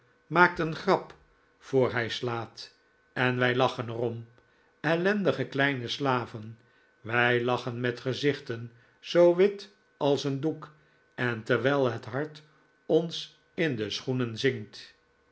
maakt een grap voor hij slaat en wij lachen er om ellendige kleine slaven wij lachen met gezichten zoo wit als een doek en terwijl het hart ons in de schoenen zinkt